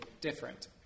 different